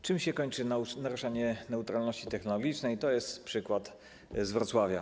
Czym się kończy naruszanie neutralności technologicznej, pokaże przykład z Wrocławia.